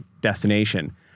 destination